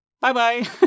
bye-bye